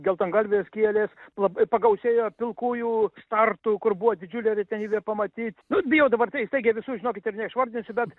geltongalvės kielės lab a pagausėjo pilkųjų startų kur buvo didžiulė retenybė pamatyt nu bijau dabar tai staigiai visus žinokit ir neišvardinsiu bet